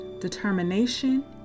determination